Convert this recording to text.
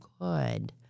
good